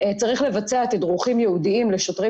צריך לבצע תדרוכים ייעודיים לשוטרים